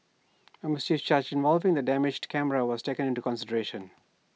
A mischief charge involving the damaged camera was taken into consideration